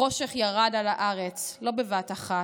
// החושך ירד על הארץ / לא בבת אחת,